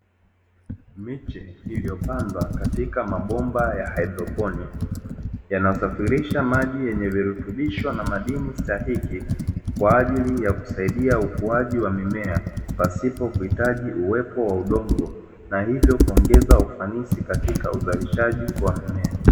Miche iliyopandwa katika mabomba ya haidroponi yanayosafirisha maji yenye virutubisho na madini stahiki kwa ajili ya kusaidia ukuaji wa mimea, pasipo kuhitaji uwepo wa udongo na hivyo kuongeza ufanisi katika uzalishaji wa mimea.